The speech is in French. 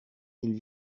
ils